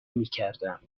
میکردم